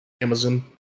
Amazon